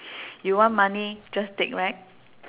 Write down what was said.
you want money just take right